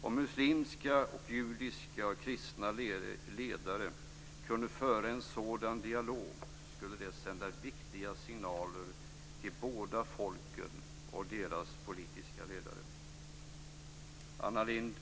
Om muslimska, judiska och kristna ledare kunde föra en sådan dialog skulle det sända viktiga signaler till båda folken och deras politiska ledare. Anna Lindh!